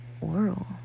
oral